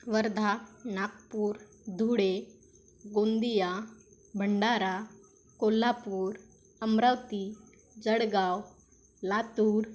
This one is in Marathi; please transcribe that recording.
वर्धा नागपूर धुळे गोंदिया भंडारा कोल्हापूर अमरावती जळगाव लातूर